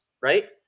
right